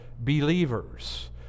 believers